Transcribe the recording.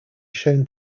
shown